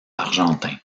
argentin